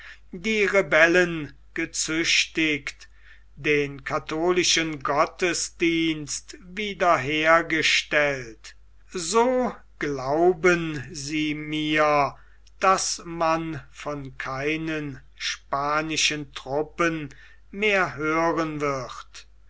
die rebellen gezüchtigt den katholischen gottesdienst wieder hergestellt so glauben sie mir daß man von keinen spanischen truppen mehr hören wird